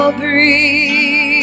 breathe